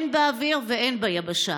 הן באוויר והן ביבשה.